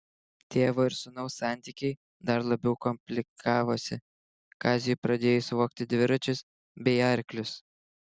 tėvo ir sūnaus santykiai dar labiau komplikavosi kaziui pradėjus vogti dviračius bei arklius